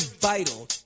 vital